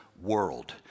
world